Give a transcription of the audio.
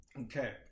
Okay